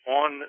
on